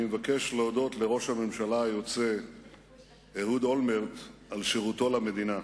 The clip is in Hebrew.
אני מבקש להודות לראש הממשלה היוצא אהוד אולמרט על שירותו למדינה.